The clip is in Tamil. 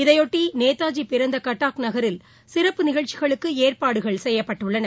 இதையொட்டிநேதாஜிபிறந்தகட்டாக் நகரில் சிறப்பு நிகழ்ச்சிகளுக்குஏற்பாடுகள் செய்யப்பட்டுள்ளன